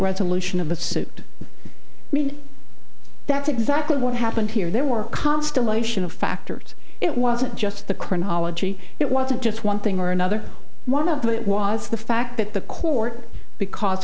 resolution of the i mean that's exactly what happened here there were constellation of factors it wasn't just the chronology it wasn't just one thing or another one of them it was the fact that the court because